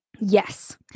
Yes